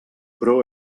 però